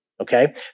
Okay